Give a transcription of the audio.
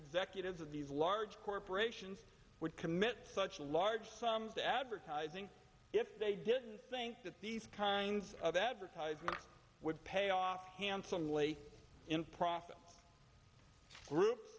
executives of these large corporations would commit such large sums of advertising if they didn't think that these kinds of advertisements would pay off handsomely in profit groups